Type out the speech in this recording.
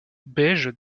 beige